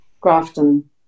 Grafton